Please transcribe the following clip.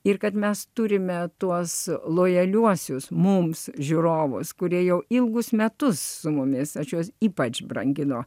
ir kad mes turime tuos lojaliuosius mums žiūrovus kurie jau ilgus metus su mumis šios ypač brangino